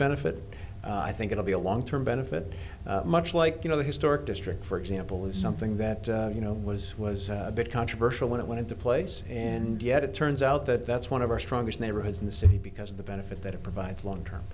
benefit i think it'll be a long term benefit much like you know the historic district for example is something that you know was was a bit controversial when it went into place and yet it turns out that that's one of our strongest neighborhoods in the city because of the benefit that it provides long term